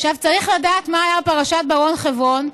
צריך לדעת מה היה בפרשת בר-און-חברון.